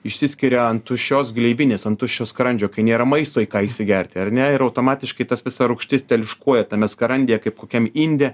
išsiskiria ant tuščios gleivinės ant tuščio skrandžio kai nėra maisto į ką įsigerti ar ne ir automatiškai tas visa rūgštis teliuškuoja tame skrandyje kaip kokiam inde